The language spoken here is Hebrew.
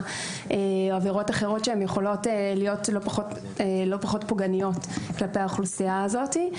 ועבירות אחרות שיכולות להיות לא פחות פוגעניות כלפי האוכלוסייה הזאת.